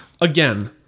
Again